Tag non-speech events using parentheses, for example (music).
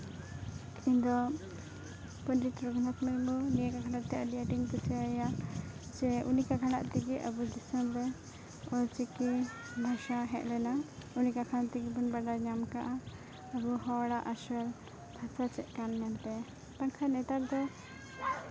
ᱤᱧᱫᱚ ᱯᱚᱱᱰᱤᱛ ᱨᱟᱹᱜᱷᱩᱱᱟᱛᱷ ᱢᱩᱨᱢᱩ (unintelligible) ᱱᱤᱭᱟᱹ ᱜᱷᱚᱴᱚᱱᱟ ᱛᱮ ᱟᱹᱰᱤ ᱟᱸᱴᱤᱧ ᱠᱩᱥᱤᱭᱟᱭᱟ ᱥᱮ ᱩᱱᱤ (unintelligible) ᱛᱮᱜᱮ ᱟᱵᱚ ᱫᱤᱥᱚᱢ ᱨᱮ ᱚᱞᱪᱤᱠᱤ ᱵᱷᱟᱥᱟ ᱦᱮᱡ ᱞᱮᱱᱟ (unintelligible) ᱛᱮᱜᱮ ᱵᱚᱱ ᱵᱟᱰᱟᱭ ᱧᱟᱢ ᱠᱟᱜᱼᱟ ᱟᱵᱚ ᱦᱚᱲᱟᱜ ᱟᱥᱟ ᱵᱷᱟᱥᱟ ᱪᱮᱫ ᱠᱟᱱᱟ ᱢᱮᱱᱛᱮ ᱵᱟᱝᱠᱷᱟᱱ ᱱᱮᱛᱟᱨ ᱫᱚ